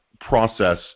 process